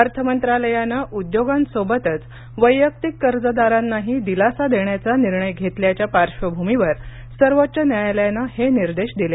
अर्थ मंत्रालयानं उद्योगांसोबतच वैयक्तिक कर्जदारांनाही दिलासा देण्याचा निर्णय घेतल्याच्या पार्श्वभूमीवर सर्वोच्च न्यायालयानं हे निर्देश दिले